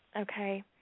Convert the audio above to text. Okay